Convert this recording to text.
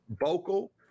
vocal